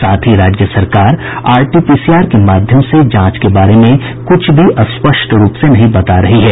साथ ही राज्य सरकार आरटीपीसीआर के माध्यम से जांच के बारे में कुछ भी स्पष्ट रूप से नहीं बता रही है